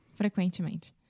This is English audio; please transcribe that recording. Frequentemente